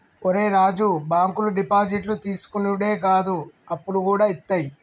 ఒరే రాజూ, బాంకులు డిపాజిట్లు తీసుకునుడే కాదు, అప్పులుగూడ ఇత్తయి